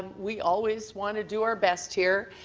we always want to do our best here.